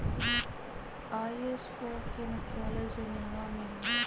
ISO के मुख्यालय Geneva में हइ